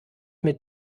mit